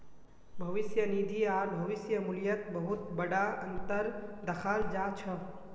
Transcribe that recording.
भविष्य निधि आर भविष्य मूल्यत बहुत बडा अनतर दखाल जा छ